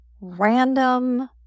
random